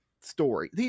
story